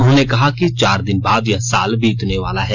उन्होंने कहा कि चार दिन बाद यह साल बीतने वाला है